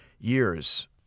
years